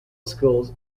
schools